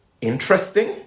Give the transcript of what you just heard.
interesting